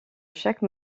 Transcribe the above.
chaque